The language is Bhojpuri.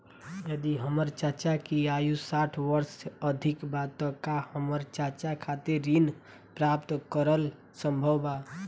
यदि हमर चाचा की आयु साठ वर्ष से अधिक बा त का हमर चाचा खातिर ऋण प्राप्त करल संभव बा